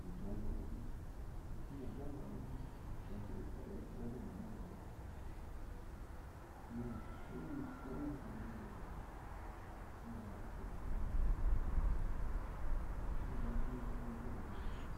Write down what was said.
myɚ jwam gam wopi in mya jwam gam wopi yatli wo lui nɚ vari nɚ ni ko iri gɚrshi gyo mɚ yir a ya tlən mən varansə mə yir shi monda ɗaŋ choŋ a tami. yatlən